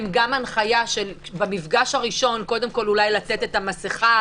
הנחיה שבמפגש הראשון קודם כל אולי לתת את המסכה,